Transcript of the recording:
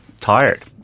tired